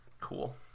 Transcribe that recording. Cool